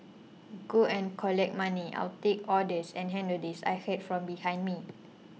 go and collect money I'll take orders and handle this I heard from behind me